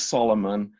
Solomon